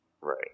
right